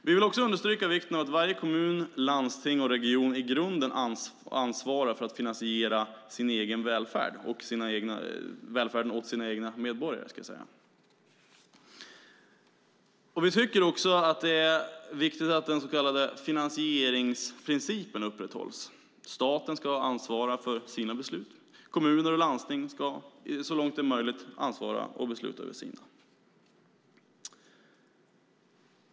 Vi vill också understryka vikten av att varje kommun, landsting och region i grunden ansvarar för att finansiera välfärden åt sina egna medborgare. Vi tycker också att det är viktigt att den så kallade finansieringsprincipen upprätthålls. Staten ska ansvara för sina beslut. Kommuner och landsting ska så långt det är möjligt ansvara för sina.